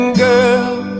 girl